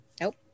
Nope